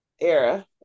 era